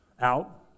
Out